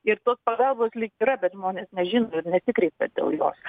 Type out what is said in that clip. ir tos pagalbos lyg yra bet žmonės nežino ir nesikreipia dėl jos